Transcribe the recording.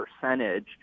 percentage